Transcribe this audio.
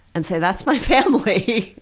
and say, that's my family.